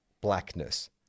blackness